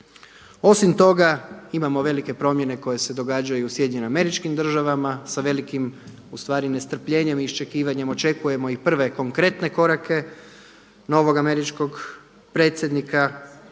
Osim toga, imamo velike promjene koje se događaju u Sjedinjenim Američkim Državama sa velikim u stvari nestrpljenjem i iščekivanjem očekujemo i prve konkretne korake novog američkog predsjednika.